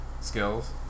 skills